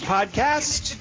Podcast